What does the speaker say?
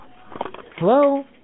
Hello